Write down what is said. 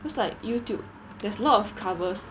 cause like youtube there's a lot of covers